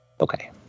Okay